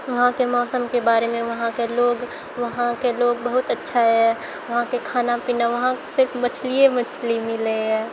वहाँके मौसमके बारेमे वहाँके लोक वहाँके लोक बहुत अच्छा अइ वहाँके खाना पीना वहाँ सिर्फ मछलिए मछली मिलैए